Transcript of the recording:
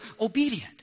obedient